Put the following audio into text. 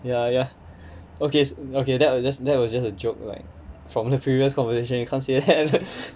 ya ya okay okay then was just that was just a joke like from the previous conversation you can't say that